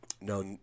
No